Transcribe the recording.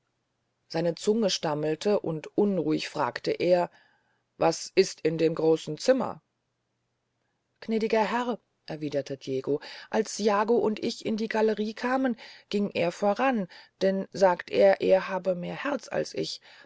seine zunge stammelte und unruhig fragt er was ist in dem großen zimmer gnädiger herr erwiederte diego als jago und ich in die gallerie kamen ging er voran denn sagt er er habe mehr herz als ich